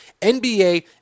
NBA